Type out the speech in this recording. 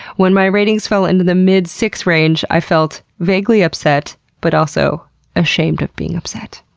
when my ratings fell into the mid six range, i felt vaguely upset but also ashamed of being upset.